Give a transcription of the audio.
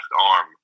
arm